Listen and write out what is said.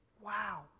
Wow